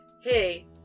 hey